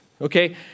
Okay